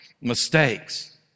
mistakes